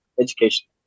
Education